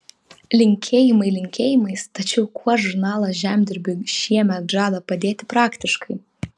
linkėjimai linkėjimais tačiau kuo žurnalas žemdirbiui šiemet žada padėti praktiškai